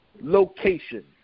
Location